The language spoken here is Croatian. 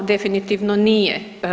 Definitivno nije.